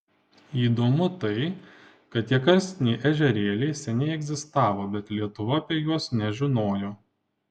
įdomu tai kad tie karstiniai ežerėliai seniai egzistavo bet lietuva apie juos nežinojo